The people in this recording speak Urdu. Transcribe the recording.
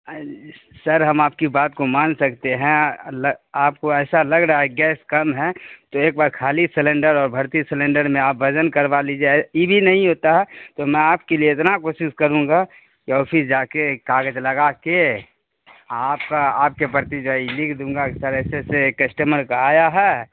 سر ہم آپ کی بات کو مان سکتے ہیں آپ کو ایسا لگ رہا ہے گیس کم ہے تو ایک بار خالی سلینڈر اور بھرتی سلینڈر میں آپ وزن کروا لیجیے ای بھی نہیں ہوتا ہے تو میں آپ کے لیے اتنا کوشش کروں گا کہ آفس جا کے کاغذ لگا کے آپ کا آپ کے پرتی جائے گی لکھ دوں گا کہ سر ایسے ایسے ایک کسٹمر کا آیا ہے